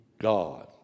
God